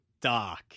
dark